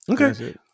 Okay